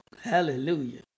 Hallelujah